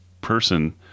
person